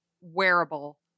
wearable